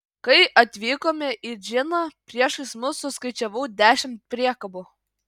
kai atvykome į džiną priešais mus suskaičiavau dešimt priekabų